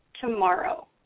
tomorrow